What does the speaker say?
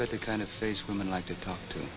that the kind of face women like to talk to